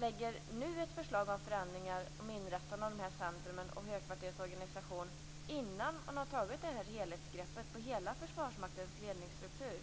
nu lägger fram ett förslag om förändringar innan man har tagit ett helhetsgrepp på hela Försvarsmaktens ledningsstruktur.